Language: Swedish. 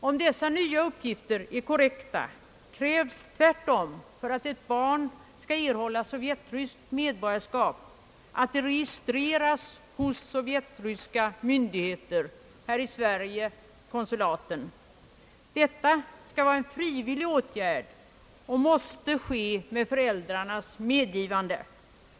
Om dessa nya uppgifter är korrekta, krävs tvärtom för att ett barn skall erhålla sovjetryskt medborgarskap, att det registreras hos sovjetryska myndigheter. Detta skulle vara en frivillig åtgärd och måste ske med föräldrarnas medgivande.